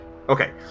okay